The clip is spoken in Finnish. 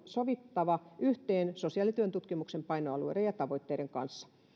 sovittava yhteen sosiaalityön tutkimuksen painoalueiden ja tavoitteiden kanssa